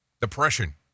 depression